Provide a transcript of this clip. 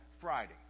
Friday